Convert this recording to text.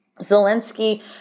Zelensky